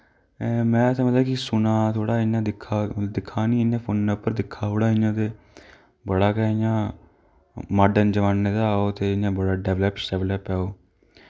में मतलब कि सुना दा थोह्ड़ा इ'यां दिक्खा निं इ'यां फोने उप्पर दिक्खा थोह्ड़ा ते बड़ा गै इ'यां मार्डन जमाने दा ओह् ते बड़ा गै डेवलप सेवलोप ऐ ओ